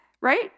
right